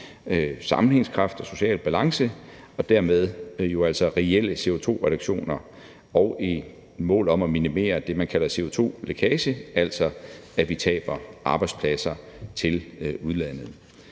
sammenhængskraft og social balance og dermed jo altså give reelle CO2-reduktioner med et mål om at minimere det, man kalder CO2-lækage, altså at vi taber arbejdspladser til udlandet.